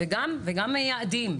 וגם את היעדים.